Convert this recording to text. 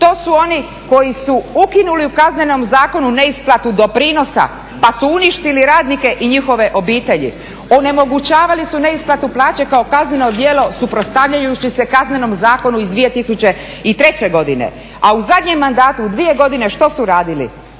To su oni koji su ukinuli u Kaznenom zakonu neisplatu doprinosa pa su uništili radnike i njihove obitelji. Onemogućavali su neisplatu plaća kao kazneno djelo suprotstavljajući se Kaznenom zakonu iz 2003. godine, a u zadnjem mandatu u 2 godine što su uradili?